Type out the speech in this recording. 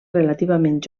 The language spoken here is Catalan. relativament